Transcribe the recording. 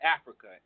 Africa